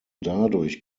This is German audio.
dadurch